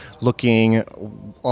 looking